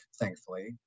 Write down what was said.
thankfully